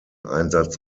einsatz